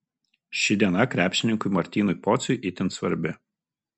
ši diena krepšininkui martynui pociui itin svarbi